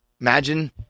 imagine